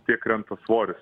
tiek krenta svoris